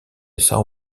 são